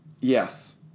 Yes